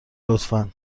لطفا